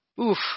Oof